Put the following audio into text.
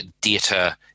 data